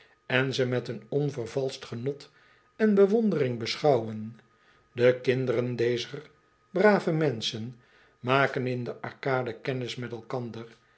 en ze met een onvervalscht genot en bewondering beschouwen de kinderen dezer brave menschen maken in den arcade kennis met elkander